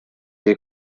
dei